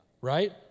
right